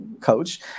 Coach